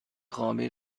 خوابی